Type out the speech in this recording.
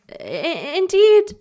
indeed